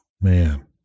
man